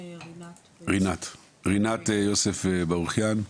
רינת יוסף ברוכיאן.